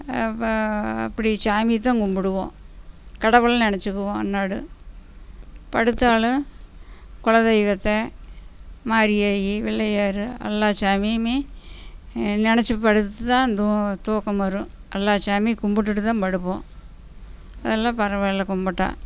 இப்போ அப்படி சாமியைத்தான் கும்பிடுவோம் கடவுளை நினைச்சிக்குவோம் அன்றாட படுத்தாலும் குல தெய்வத்தை மாரியாயி பிள்ளையார் எல்லா சாமியையுமே நினைச்சி படுத்து தான் தூ தூக்கம் வரும் எல்லா சாமியும் கும்பிட்டுட்டு தான் படுப்போம் அதெல்லாம் பரவாயில்லை கும்பிட்டா